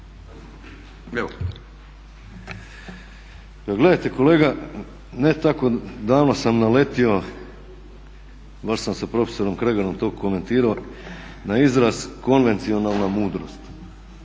Gledajte kolega, ne tako davno sam naletio, baš sam sa prof. Kregarom to komentirao, na izraz konvencionalna mudrost.